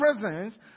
presence